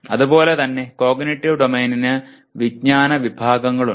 അതുപോലെ തന്നെ കോഗ്നിറ്റീവ് ഡൊമെയ്നിന് വിജ്ഞാന വിഭാഗങ്ങളുണ്ട്